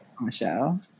Michelle